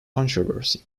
controversy